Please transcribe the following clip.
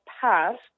past